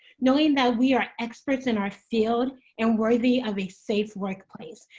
knowing that we are experts in our field and worthy of a safe workplace,